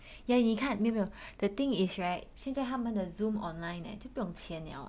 yeah 你看 the thing is right 现在他们的 Zoom online 就不用钱了